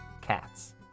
cats